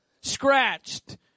scratched